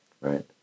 Right